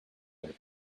other